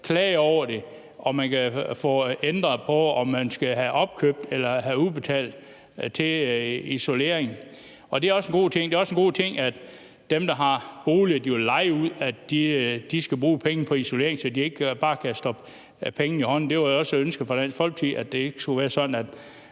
klage over det, og man kan få ændret på, om man skal få det opkøbt eller have det udbetalt til isolering, og det er også en god ting. Det er også en god ting, at dem, der har en bolig, som de kan leje ud, skal bruge pengene på isolering, så de ikke bare kan stoppe pengene i lommen. Det var jo også et ønske fra Dansk Folkepartis side, at det ikke skulle være sådan, at